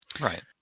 Right